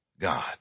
God